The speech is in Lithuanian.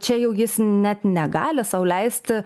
čia jau jis net negali sau leisti